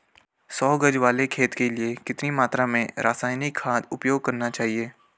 सौ गज वाले खेत के लिए कितनी मात्रा में रासायनिक खाद उपयोग करना चाहिए?